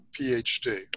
PhD